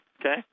Okay